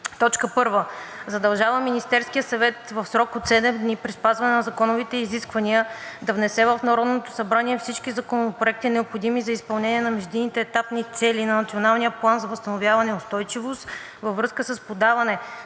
РЕШИ: 1. Задължава Министерския съвет в срок от седем дни при спазване на законовите изисквания да внесе в Народното събрание всички законопроекти, необходими за изпълнение на междинните етапни цели на Националния план за възстановяване и устойчивост, във връзка с подаване